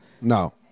No